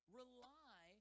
rely